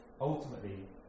Ultimately